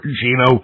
Gino